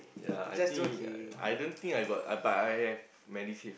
ya I think ya ya I don't think I got but I have Medisave